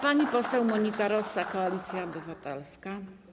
Pani poseł Monika Rosa, Koalicja Obywatelska.